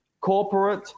corporate